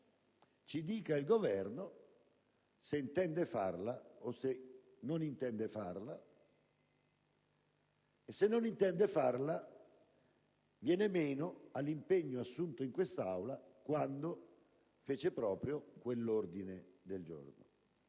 ci dica il Governo se intende o non intende farla; se non intende farla, viene meno all'impegno assunto in quest'Aula quando fece proprio quell'ordine del giorno.